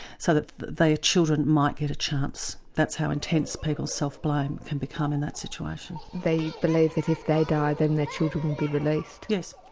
so that their children might get a chance. that's how intense people's self blame can become in that situation. they believe that if they die then their children will be released? yes,